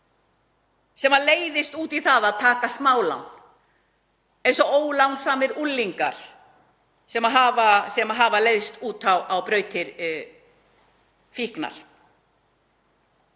sem leiðist út í það að taka smálán eins og ólánsamir unglingar sem hafa leiðst út á brautir fíknar?